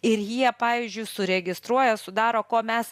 ir jie pavyzdžiui suregistruoja sudaro ko mes